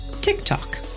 TikTok